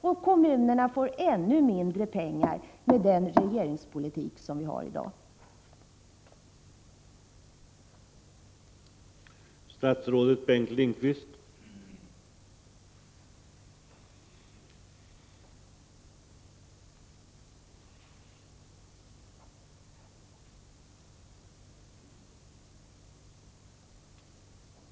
Och kommunerna får ännu mindre pengar med den regeringspolitik som vi i dag har.